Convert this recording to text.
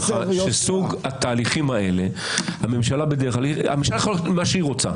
שסוג התהליכים האלה הממשלה יכולה לעשות מה שהיא רוצה,